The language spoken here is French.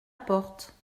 porte